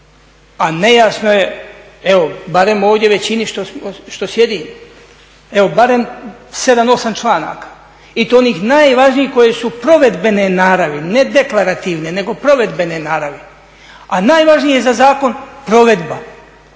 a nejasno je evo barem ovdje većini što sjedi. Evo barem 7, 8 članaka i to onih najvažnijih koji su provedbene naravi ne deklarativne, nego provedbene naravi. A najvažnije je za zakon provedba.